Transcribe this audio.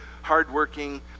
hardworking